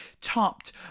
topped